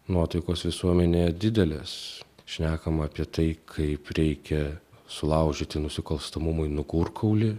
nuotaikos visuomenėje didelės šnekama apie tai kaip reikia sulaužyti nusikalstamumui nugurkaulį